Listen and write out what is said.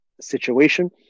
situation